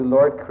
Lord